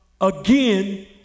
again